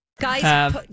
Guys